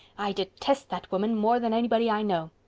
i detest that woman more than anybody i know.